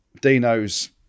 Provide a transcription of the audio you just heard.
Dino's